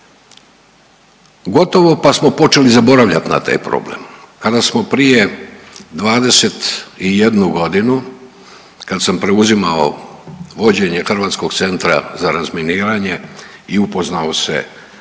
Gotovo pa smo počeli zaboravljat na taj problem. Kada smo prije 21.g., kad sam preuzimao vođenje Hrvatskog centra za razminiranje i upoznao se sa